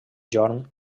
jorn